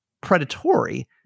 predatory